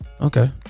Okay